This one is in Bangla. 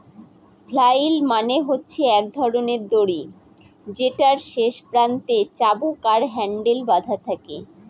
ফ্লাইল মানে হচ্ছে এক ধরনের দড়ি যেটার শেষ প্রান্তে চাবুক আর হ্যান্ডেল বাধা থাকে